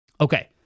Okay